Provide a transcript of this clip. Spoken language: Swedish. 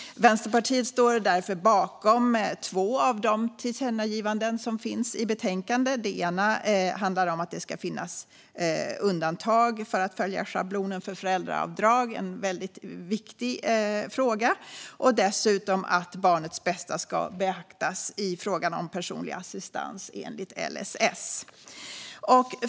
Vänsterpartiet står därför bakom två av de tillkännagivanden som finns i betänkandet. Det ena handlar om att det ska finnas undantag från att följa schablonen för föräldraavdrag - en väldigt viktig fråga - och dessutom att barnets bästa ska beaktas i frågan om personlig assistans enligt LSS.